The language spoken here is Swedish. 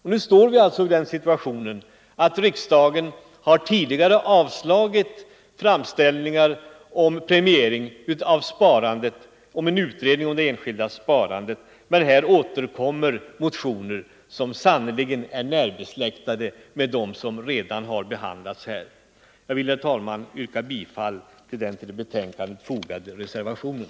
Vi befinner oss alltså i den situationen att riksdagen tidigare har avslagit framställningar om premiering av sparande och krav om en utredning men att här återkommer motioner som sannerligen är närbesläktade med dem som redan har behandlats. Jag vill, herr talman, yrka bifall till den till betänkandet fogade reservationen.